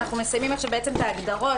אנחנו מסיימים עכשיו את ההגדרות,